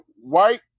white